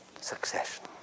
succession